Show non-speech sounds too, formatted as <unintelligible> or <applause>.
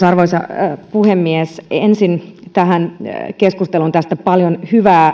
<unintelligible> arvoisa puhemies ensin keskusteluun tästä paljon hyvää